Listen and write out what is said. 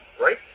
right